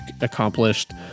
accomplished